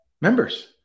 Members